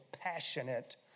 passionate